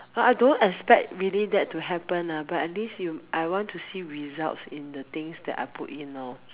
but I don't expect really that to happen lah but at least you I want to see results in the things that I put in lor